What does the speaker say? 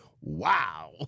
Wow